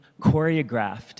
choreographed